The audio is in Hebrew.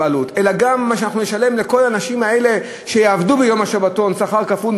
אלא גם נשלם לכל האנשים האלה שיעבדו ביום השבתון תמורת שכר כפול,